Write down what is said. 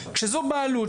וכשזו בעלות,